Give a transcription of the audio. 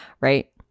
right